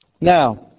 now